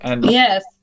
Yes